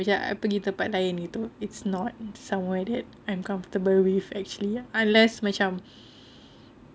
I pergi tempat lain gitu it's not somewhere that I'm comfortable with actually unless macam